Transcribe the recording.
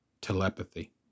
Telepathy